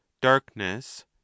darkness